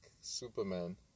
Superman